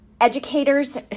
educators